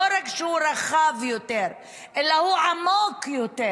רק שהוא רחב יותר אלא הוא עמוק יותר,